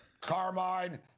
carmine